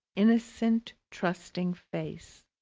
innocent, trusting face!